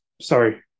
sorry